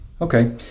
Okay